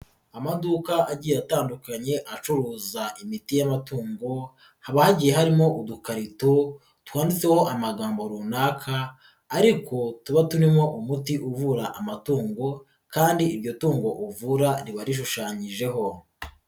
Amaduka agiye atandukanye acuruza imiti y'amatungo, haba hagiye harimo udukarito twanditseho amagambo runaka ariko tuba turimo umuti uvura amatungo kandi iryo tungo uvura riba rishushanyijeho.